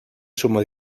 suma